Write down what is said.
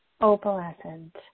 opalescent